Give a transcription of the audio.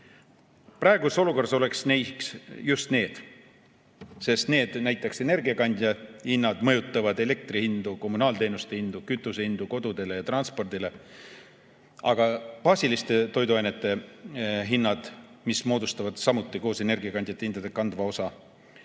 Praeguses olukorras oleks neiks just need, sest näiteks energiakandjate hinnad mõjutavad elektri hindu, kommunaalteenuste hindu, kütuse hindu kodudes ja transpordisektoris. Aga baasiliste toiduainete hinnad, mis moodustavad samuti koos energiakandjate hindadega kandva osa,